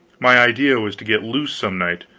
my idea was to get loose some night,